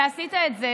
אתה עשית את זה